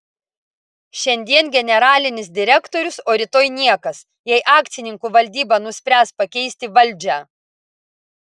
šiandien generalinis direktorius o rytoj niekas jei akcininkų valdyba nuspręs pakeisti valdžią